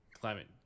Climate